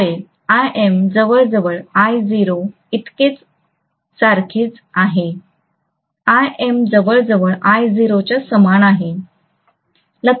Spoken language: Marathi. होय Im जवळजवळ I0 इतकेच सारखेच आहे Im जवळजवळ I0 च्या समान आहे